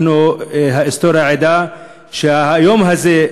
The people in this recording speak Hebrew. וההיסטוריה עדה שהיום הזה,